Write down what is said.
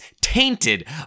tainted